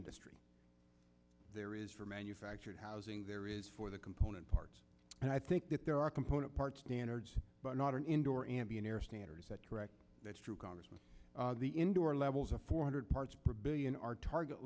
industry there is for manufactured housing there is for the component parts and i think that there are component parts standards but not an indoor ambient air standards that correct that's true congressman the indoor levels a four hundred parts per billion are target